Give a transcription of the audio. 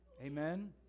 Amen